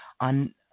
on